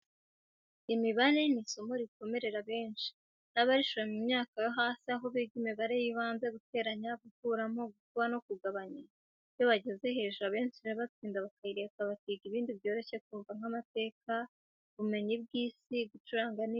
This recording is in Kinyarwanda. Imibare ni isomo rikomerera benshi, n'abarishoboye mu myaka yo hasi aho biga imibare y'ibanze, guteranya, gukuramo, gukuba no kugabanya, iyo bageze hejuru abenshi irabatsinda bakayireka bakiga ibindi byoroshye kumva nk'amateka, ubumenyi bw' isi, gucuranga n'ibindi.